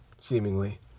seemingly